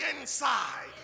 inside